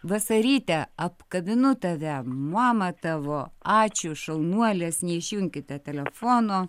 vasaryte apkabinu tave mamą tavo ačiū šaunuolės neišjunkite telefono